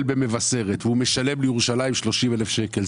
במבשרת והוא משלם לירושלים 30,000 שקלים.